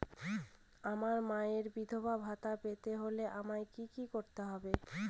আমার মায়ের বিধবা ভাতা পেতে হলে আমায় কি কি করতে হবে?